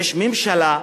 יש ממשלה,